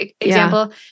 example